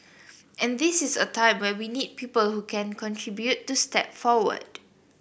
and this is a time when we need people who can contribute to step forward